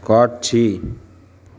காட்சி